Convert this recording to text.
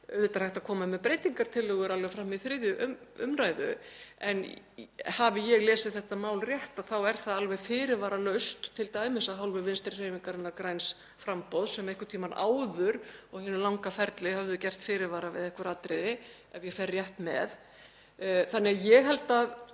Auðvitað er hægt að koma með breytingartillögur alveg fram í 3. umr. en hafi ég lesið málið rétt þá er þetta alveg fyrirvaralaust, t.d. af hálfu Vinstrihreyfingarinnar – græns framboðs sem einhvern tímann áður í hinu langa ferli hafði gert fyrirvara við einhver atriði ef ég fer rétt með. Ég verð bara að